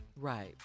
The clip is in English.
Right